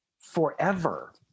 forever